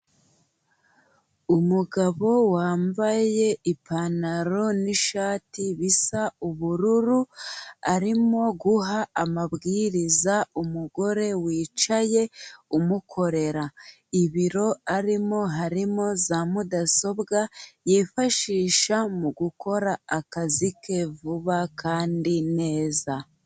Umugabo wambaye ipantaro n'ishati bisa ubururu, arimo guha amabwiriza umugore wicaye umukorera, ibiro arimo harimo za Mudasobwa yifashisha mu gukora akazi ke vuba kandi neza.